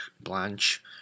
Blanche